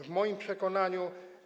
W moim przekonaniu.